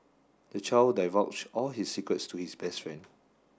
the child divulged all his secrets to his best friend